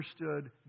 understood